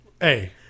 Hey